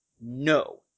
No